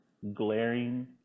Glaring